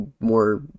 more